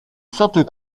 sainte